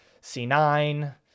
C9